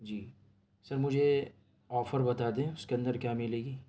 جی sir مجھے offer بتا دیں اس کے اندر کیا ملے گی